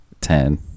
Ten